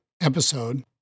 episode